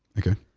okay?